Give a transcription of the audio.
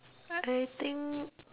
I think